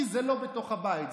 כי זה לא בתוך הבית,